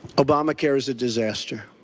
obamacare is a disaster.